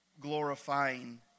Glorifying